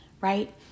right